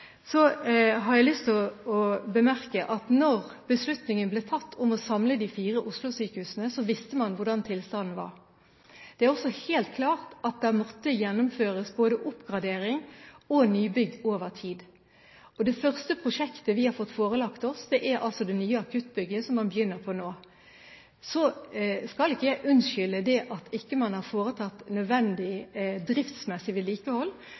Så har jeg lyst til å bemerke at når beslutningen ble tatt om å samle de fire Oslo-sykehusene, visste man hvordan tilstanden var. Det er også helt klart at det måtte gjennomføres både oppgradering og nybygg over tid. Det første prosjektet vi har fått forelagt oss, er det nye akuttbygget, som man begynner på nå. Så skal ikke jeg unnskylde det at man ikke har foretatt nødvendig driftsmessig vedlikehold,